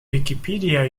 wikipedia